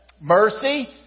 Mercy